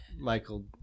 Michael